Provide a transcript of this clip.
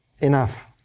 enough